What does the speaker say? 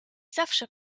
zawsze